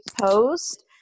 post